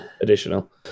additional